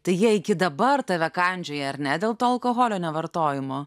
tai jie iki dabar tave kandžioja ar ne dėl to alkoholio nevartojimo